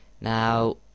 now